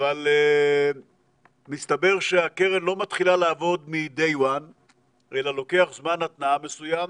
אבל מסתבר שהקרן לא מתחילה לעבוד מ-day one אלא לוקח זמן התנעה מסוים.